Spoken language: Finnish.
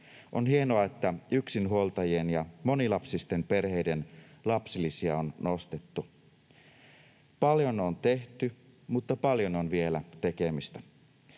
On hienoa, että yksinhuoltajien ja monilapsisten perheiden lapsilisiä on nostettu. Paljon on tehty, mutta paljon on vielä tekemistä.